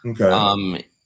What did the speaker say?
Okay